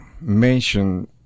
mention